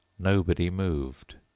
nobody moved.